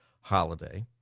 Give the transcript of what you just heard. holiday